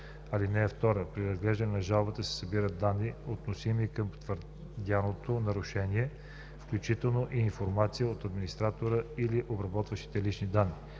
инспектор. (2) При разглеждането на жалбата се събират данни, относими към твърдяното нарушение, включително и информация от администратора или обработващия лични данни.